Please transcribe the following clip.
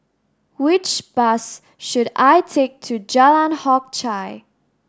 which bus should I take to Jalan Hock Chye